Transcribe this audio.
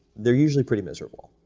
they're usually pretty miserable.